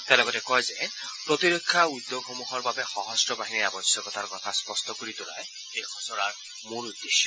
তেওঁ লগতে কয় যে প্ৰতিৰক্ষা উদ্যোগ সমূহৰ বাবে সশস্ত্ৰ বাহিনীৰ আৱশ্যকতাৰ কথা স্পষ্ট কৰি তোলাই এই খচৰাৰ মূল উদ্দেশ্য